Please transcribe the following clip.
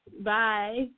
Bye